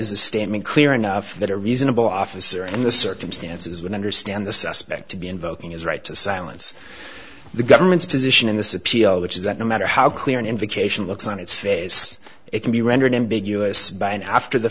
is a statement clear enough that a reasonable officer in the circumstances would understand the suspect to be invoking his right to silence the government's position in this appeal which is that no matter how clear an invocation looks on its face it can be rendered ambiguous by an after the